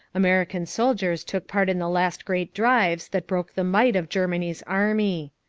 american soldiers took part in the last great drives that broke the might of germany's army.